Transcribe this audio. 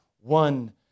one